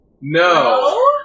No